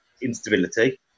instability